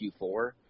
Q4